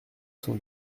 cent